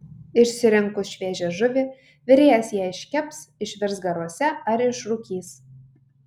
išsirinkus šviežią žuvį virėjas ją iškeps išvirs garuose ar išrūkys